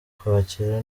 kwakira